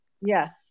Yes